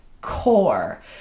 core